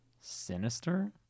Sinister